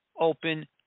Open